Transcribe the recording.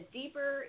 deeper